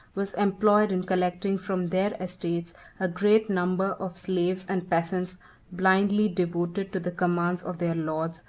was employed in collecting from their estates a great number of slaves and peasants blindly devoted to the commands of their lords,